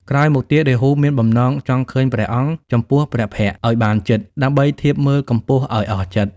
ក្រោយមកទៀត រាហូមានបំណងចង់ឃើញព្រះអង្គចំពោះព្រះភក្ត្រឱ្យបានជិត ដើម្បីធៀបមើលកម្ពស់ឱ្យអស់ចិត្ត។